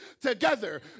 together